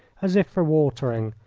as if for watering,